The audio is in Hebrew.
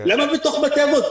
למה בתוך בתי האבות?